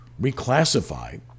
reclassify